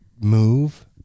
move